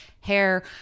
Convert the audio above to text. hair